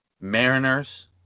Mariners